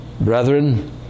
Brethren